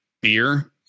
beer